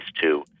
two